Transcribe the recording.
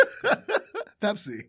Pepsi